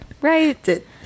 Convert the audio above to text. Right